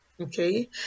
okay